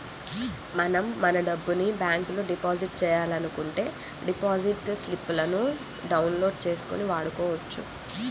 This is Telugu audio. మనం మన డబ్బును బ్యాంకులో డిపాజిట్ చేయాలనుకుంటే డిపాజిట్ స్లిపులను డౌన్ లోడ్ చేసుకొని వాడుకోవచ్చు